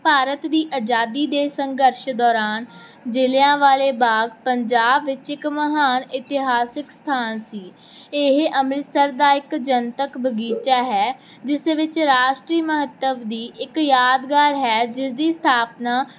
ਭਾਰਤ ਦੀ ਆਜ਼ਾਦੀ ਦੇ ਸੰਘਰਸ਼ ਦੌਰਾਨ ਜਲਿਆਵਾਲਾ ਬਾਗ ਪੰਜਾਬ ਵਿੱਚ ਇੱਕ ਮਹਾਨ ਇਤਿਹਾਸਿਕ ਸਥਾਨ ਸੀ ਇਹ ਅੰਮ੍ਰਿਤਸਰ ਦਾ ਇੱਕ ਜਨਤਕ ਬਗੀਚਾ ਹੈ ਜਿਸ ਵਿੱਚ ਰਾਸ਼ਟਰੀ ਮਹੱਤਵ ਦੀ ਇੱਕ ਯਾਦਗਾਰ ਹੈ ਜਿਸਦੀ ਸਥਾਪਨਾ